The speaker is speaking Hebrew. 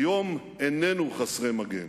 היום איננו חסרי מגן,